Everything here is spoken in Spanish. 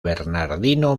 bernardino